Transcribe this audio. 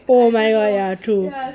oh my god ya true